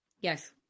Yes